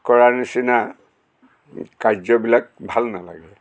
কৰাৰ নিচিনা কাৰ্যবিলাক ভাল নালাগে